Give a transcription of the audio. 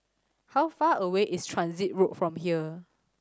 how far away is Transit Road from here